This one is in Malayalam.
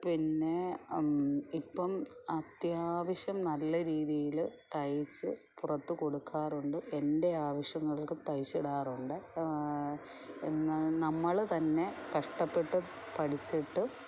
പിന്നെ ഇപ്പം അത്യാവശ്യം നല്ല രീതിയിൽ തയ്ച്ച് പുറത്ത് കൊടുക്കാറുണ്ട് എൻ്റെ ആവശ്യങ്ങൾക്ക് തയ്ച്ചിടാറുണ്ട് എന്നാൽ നമ്മൾ തന്നെ കഷ്ടപ്പെട്ട് പഠിച്ചിട്ട്